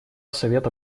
совета